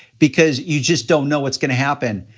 because you just don't know what's gonna happen.